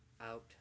out